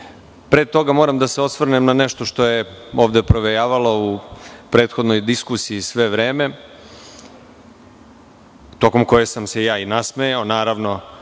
toga, moram da se osvrnem na nešto što je ovde provejavalo u prethodnoj diskusiji sve vreme, tokom koje sam se i nasmejao, kad